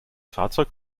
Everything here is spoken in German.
fahrzeug